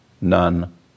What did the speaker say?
None